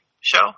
show